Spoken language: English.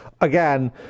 again